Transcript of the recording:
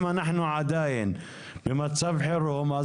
אם אנחנו עדיין במצב חירום,